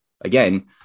again